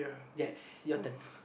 yes your turn